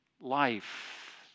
life